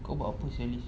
kau buat apa sia liz